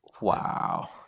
Wow